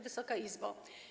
Wysoka Izbo!